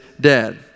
dead